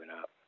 up